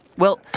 well,